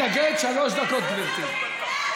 מתנגד, שלוש דקות, גברתי.